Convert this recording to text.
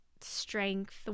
strength